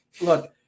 Look